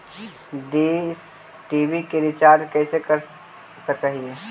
Dish TV के recharge कैसे कर सक हिय?